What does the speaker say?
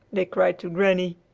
they cried to granny.